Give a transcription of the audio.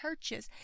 churches